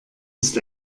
ist